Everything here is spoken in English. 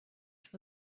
for